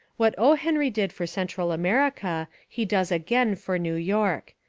what o. henry did for central america he does again for new york.